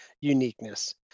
uniqueness